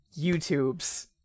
YouTube's